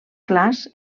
clars